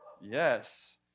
Yes